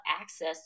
access